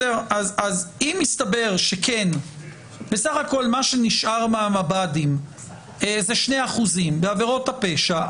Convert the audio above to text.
אם יסתבר שבסך הכול מה שנשאר מהמב"דים זה 2% בעבירות הפשע,